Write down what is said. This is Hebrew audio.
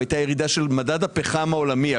הייתה ירידה של מדד הפחם העולמי,